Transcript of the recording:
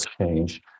change